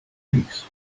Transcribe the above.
release